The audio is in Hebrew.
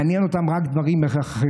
מעניין אותם רק דברים אחרים.